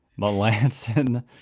Melanson